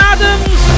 Adams